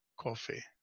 coffee